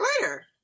later